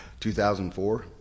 2004